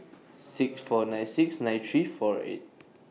six four nine six nine three four eight